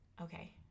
Okay